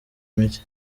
mike